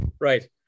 Right